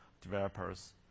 developers